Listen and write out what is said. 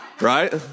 Right